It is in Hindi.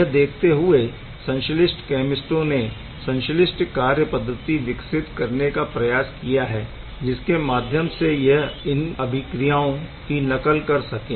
यह देखते हुए संश्लिष्ट कैमिस्टों ने संश्लिष्ट कार्य पद्धति विकसित करने का प्रयास किया है जिसके माध्यम से यह इन अभिक्रियाओं की नकल कर सके